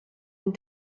den